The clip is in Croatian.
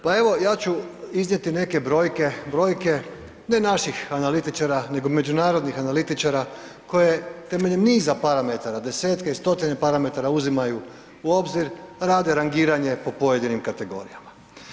Pa evo, ja ću iznijeti neke brojke, brojke, ne naših analitičara, nego međunarodnih analitičara koje temeljem niza parametara, desetke i stotine parametara uzimaju u obzir, rade rangiranje prema pojedinim kategorijama.